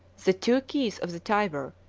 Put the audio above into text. the two keys of the tyber,